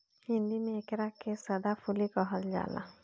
हिंदी में एकरा के सदाफुली कहल जाला